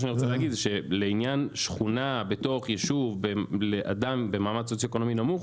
לעניין שכונה בתוך יישוב לאדם במעמד סוציו-אקונומי נמוך,